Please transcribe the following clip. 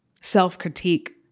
self-critique